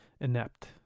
inept